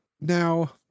Now